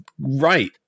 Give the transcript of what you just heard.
right